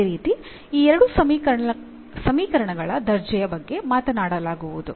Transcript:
ಅದೇ ರೀತಿ ಈ ಎರಡು ಸಮೀಕರಣಗಳ ದರ್ಜೆಯ ಬಗ್ಗೆ ಮಾತನಾಡಲಾಗುವುದು